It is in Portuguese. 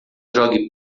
jogue